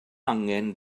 angen